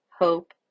hope